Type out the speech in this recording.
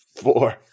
Four